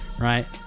right